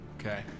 Okay